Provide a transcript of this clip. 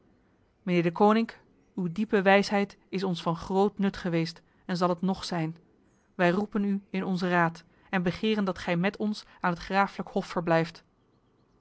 deconinck uw diepe wijsheid is ons van groot nut geweest en zal het nog zijn wij roepen u in onze raad en begeren dat gij met ons aan het graaflijk hof verblijft